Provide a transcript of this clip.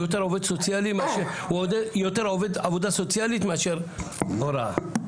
הוא יותר עובד סוציאלי מאשר הוראה.